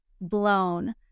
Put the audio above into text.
blown